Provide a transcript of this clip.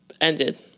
ended